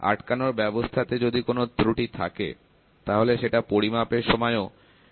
আটকানোর ব্যবস্থাতে যদি কোনো ত্রুটি থাকে তাহলে সেটা পরিমাপের সময়ও সেটা থাকবে